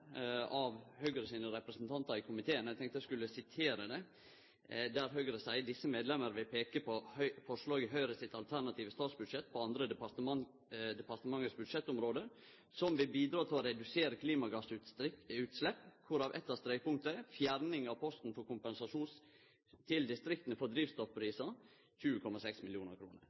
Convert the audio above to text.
av Høgre sine representantar i komiteen. Eg tenkte eg skulle sitere frå det Høgre seier: «Disse medlemmer vil peke på forslag i Høyres alternative statsbudsjett på andre departements budsjettområder som vil bidra til å redusere klimagassutslipp:» Eit av strekpunkta er: «Fjerning av posten for kompensasjon til distriktene for drivstoffpriser – 20,6 mill. kroner.»